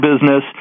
business